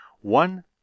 One